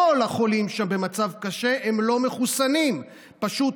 כל החולים שם שבמצב קשה הם לא מחוסנים, פשוט.